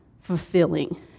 fulfilling